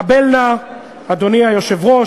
קבל נא" אדוני היושב-ראש,